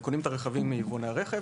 הן קונות את הרכבים מיבואני הרכב